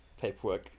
paperwork